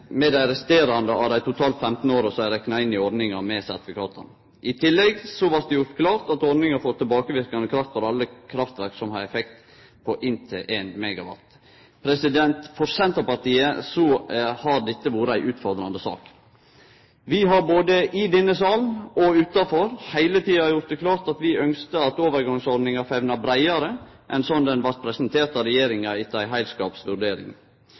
med dei resterande av dei totalt 15 åra som er rekna inn i ordninga med sertifikata. I tillegg blei det gjort klart at ordninga får tilbakeverkande kraft for alle kraftverk som har ein effekt på inntil 1 MW. For Senterpartiet har dette vore ei utfordrande sak. Vi har både i denne salen og utanfor heile tida gjort det klart at vi hadde ynskt at overgangsordninga hadde famna breiare enn slik ho blei presentert av regjeringa etter ei